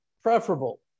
preferable